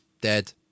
dead